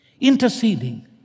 Interceding